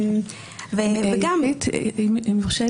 לעניין הזה רציתי